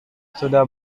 sudah